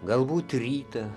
galbūt rytą